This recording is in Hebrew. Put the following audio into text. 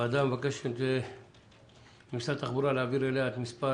הוועדה מבקשת ממשרד התחבורה להעביר אליה את מספר